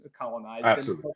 colonized